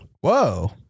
Whoa